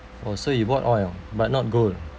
oh so you bought oil but not gold